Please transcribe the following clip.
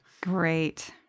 Great